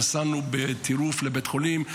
נסענו בטירוף לבית החולים.